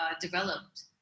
developed